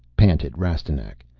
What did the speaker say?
panted rastignac.